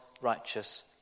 righteous